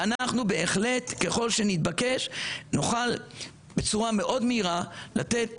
ואנחנו בהחלט ככל שנתבקש נוכל בצורה מאוד מהירה לתת